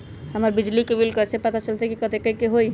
हमर बिजली के बिल कैसे पता चलतै की कतेइक के होई?